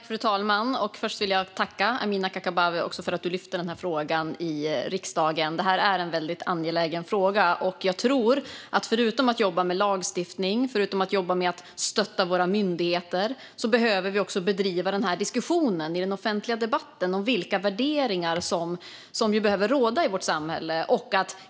Fru talman! Först vill jag tacka Amineh Kakabaveh för att hon lyfter upp frågan i riksdagen. Det är en angelägen fråga. Förutom att jobba med lagstiftning och att jobba med att stötta våra myndigheter behöver vi också i den offentliga debatten ta upp vilka värderingar som ska råda i vårt samhälle.